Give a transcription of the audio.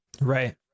Right